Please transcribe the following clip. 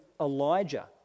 Elijah